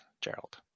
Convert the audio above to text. gerald